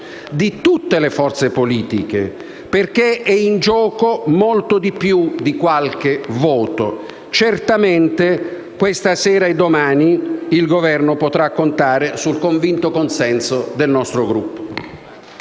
di tutte le forze politiche, perché è in gioco molto di più di qualche voto. Certamente questa sera e domani il Governo potrà contare sul convinto consenso del nostro Gruppo.